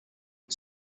and